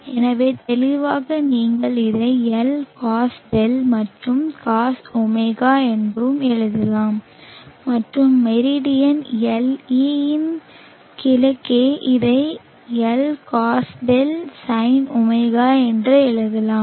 எனவே தெளிவாக நீங்கள் இதை L cosδ என்றும் cosω என்றும் எழுதலாம் மற்றும் மெரிடியன் Le இன் கிழக்கே இதை Lcosδ sinω என்று எழுதலாம்